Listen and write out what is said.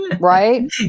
Right